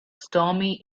stormy